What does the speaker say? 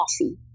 coffee